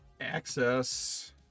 access